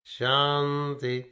Shanti